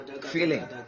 feeling